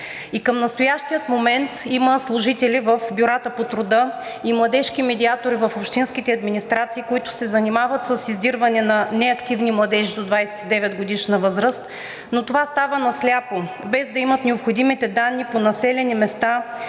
И към настоящия момент има служители в бюрата по труда и младежки медиатори в общинските администрации, които се занимават с издирване на неактивни младежи до 29-годишна възраст, но това става на сляпо, без да имат необходимите данни по населени места